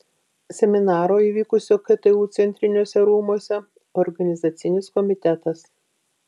seminaro įvykusio ktu centriniuose rūmuose organizacinis komitetas